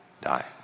Die